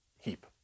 heap